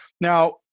Now